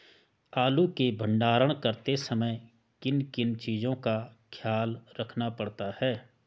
आलू के भंडारण करते समय किन किन चीज़ों का ख्याल रखना पड़ता है?